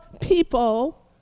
people